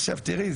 עכשיו תראי,